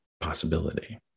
possibility